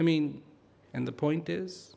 i mean and the point is